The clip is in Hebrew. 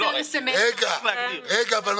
מדובר בפרויקט שנותן לכלל הציבור, ילדים, מבוגרים,